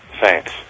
Thanks